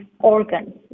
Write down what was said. organs